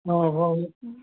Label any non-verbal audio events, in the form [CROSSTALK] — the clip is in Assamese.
[UNINTELLIGIBLE]